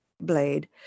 blade